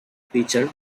pitcher